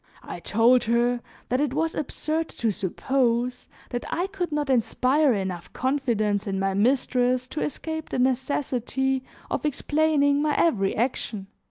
i told her that it was absurd to suppose that i could not inspire enough confidence in my mistress to escape the necessity of explaining my every action